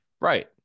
Right